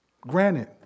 Granted